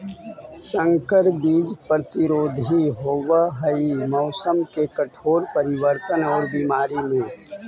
संकर बीज प्रतिरोधी होव हई मौसम के कठोर परिवर्तन और बीमारी में